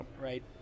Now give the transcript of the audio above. Right